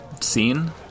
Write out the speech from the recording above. scene